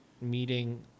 meeting